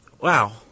Wow